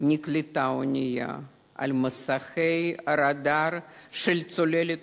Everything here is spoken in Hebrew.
נקלטה האונייה על מסכי הרדאר של צוללת